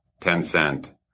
Tencent